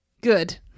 Good